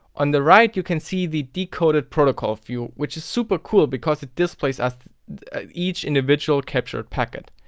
on the right you can see the decoded protocol view, which is super cool because it displays us the each individual captured packet.